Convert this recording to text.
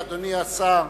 אדוני השר,